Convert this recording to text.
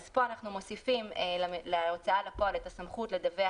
פה אנחנו מוסיפים להוצאה לפועל את הסמכות לדווח